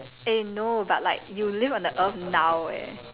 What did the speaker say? eh no but like you live on the earth now eh